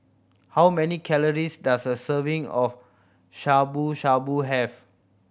how many calories does a serving of Shabu Shabu have